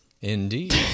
Indeed